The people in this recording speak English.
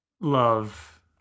love